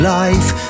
life